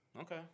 Okay